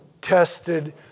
tested